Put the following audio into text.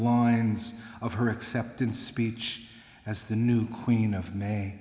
lines of her acceptance speech as the new queen of may